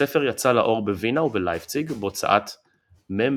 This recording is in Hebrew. הספר יצא לאור בווינה ובלייפציג בהוצאת מ.